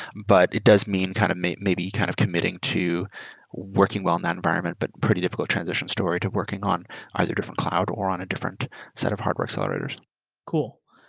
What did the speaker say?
but it does mean kind of maybe kind of committing to working well in that environment, but pretty difficult transition story to working on either different cloud or on a different set of hardware accelerators cool.